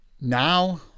Now